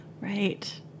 Right